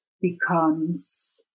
becomes